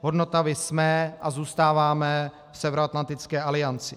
Hodnotami jsme a zůstáváme v Severoatlantické alianci.